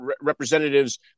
Representatives